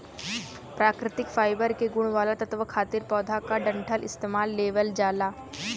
प्राकृतिक फाइबर के गुण वाला तत्व खातिर पौधा क डंठल इस्तेमाल लेवल जाला